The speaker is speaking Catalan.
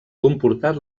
comportat